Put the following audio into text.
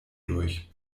durch